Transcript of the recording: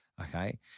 Okay